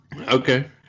Okay